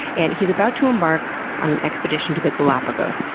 and he's about to embark on an expedition to the galapagos.